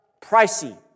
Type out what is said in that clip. pricey